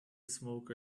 smoke